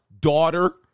Daughter